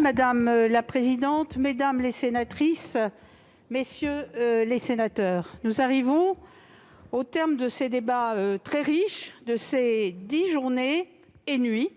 Madame la présidente, mesdames les sénatrices, messieurs les sénateurs, nous arrivons au terme de ces débats très riches, de ces dix jours et nuits